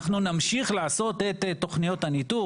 אנחנו נמשיך לעשות את תוכניות הניתור,